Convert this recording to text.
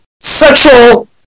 sexual